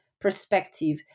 perspective